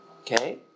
Okay